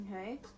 okay